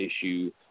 issue